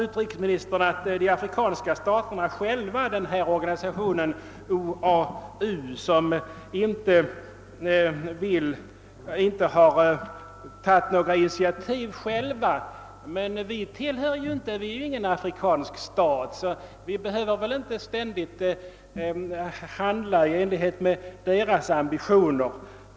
Utrikesministern nämner också att de afrikanska staterna inte genom sin egen organisation OAU har tagit några initiativ, men Sverige är ju ingen afrikansk stat, så vi behöver väl inte ständigt handla i enighet med deras ambitioner.